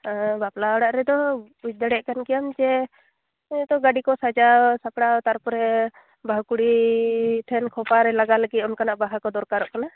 ᱵᱟᱯᱞᱟ ᱚᱲᱟᱜ ᱨᱮᱫᱚ ᱵᱩᱡ ᱫᱟᱲᱮᱭᱟᱜ ᱠᱟᱱᱜᱮᱭᱟᱢ ᱡᱮ ᱦᱳᱭ ᱛᱳ ᱜᱟᱹᱰᱤ ᱠᱚ ᱥᱟᱡᱟᱣ ᱥᱟᱯᱲᱟᱣ ᱛᱟᱨᱯᱚᱨᱮ ᱵᱟᱦᱩ ᱠᱩᱲᱤ ᱴᱷᱮᱱ ᱠᱷᱚᱯᱟ ᱨᱮ ᱞᱟᱜᱟᱣ ᱞᱟᱹᱜᱤᱫ ᱚᱱᱠᱟᱱᱟᱜ ᱵᱟᱦᱟ ᱠᱚ ᱫᱚᱨᱠᱟᱨᱚᱜ ᱠᱟᱱᱟ